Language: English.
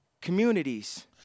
communities